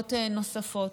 רבות נוספות.